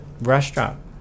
restaurant